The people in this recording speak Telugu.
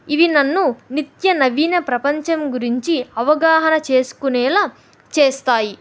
ఇవి నన్ను నిత్య నవీన ప్రపంచం గురించి అవగాహన చేసుకునేలా చేస్తాయి